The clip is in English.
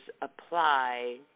apply